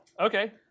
Okay